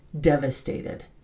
devastated